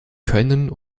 können